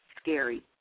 scary